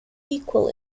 equal